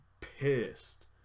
pissed